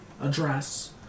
address